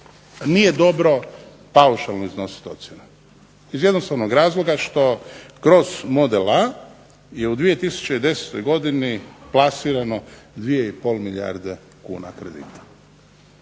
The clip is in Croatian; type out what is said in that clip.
Nije dobro paušalno iznositi ocjene, iz jednostavnog razloga što kroz Model A je u 2010. godini plasirano 2,5 milijarde kuna kredita.